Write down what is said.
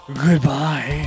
Goodbye